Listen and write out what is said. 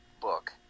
book